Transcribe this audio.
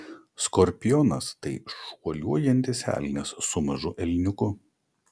skorpionas tai šuoliuojantis elnias su mažu elniuku